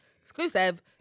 exclusive